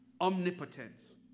omnipotence